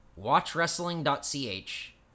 watchwrestling.ch